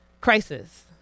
crisis